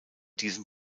diesem